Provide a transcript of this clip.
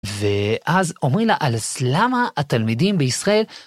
ואז אומרים לה אז למה התלמידים בישראל...